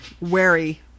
wary